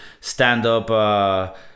stand-up